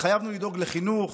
התחייבנו לדאוג לחינוך,